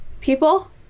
people